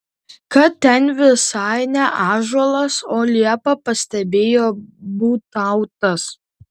kad ten visai ne ąžuolas o liepa pastebėjo būtautas